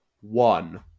one